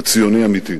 וציוני אמיתי.